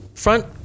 front